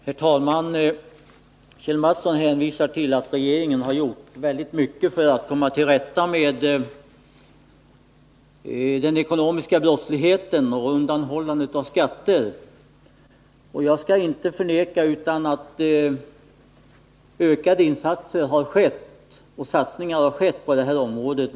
Herr talman! Kjell Mattsson hänvisar till att regeringen har gjort väldigt mycket för att komma till rätta med den ekonomiska brottsligheten och undanhållandet av skatter. Jag skall inte förneka att ökade satsningar har gjorts på det området.